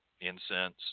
incense